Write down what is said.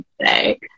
today